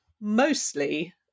mostly